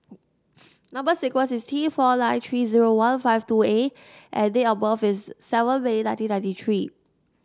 number sequence is T four nine three zero one five two A and date of birth is seven May nineteen ninety three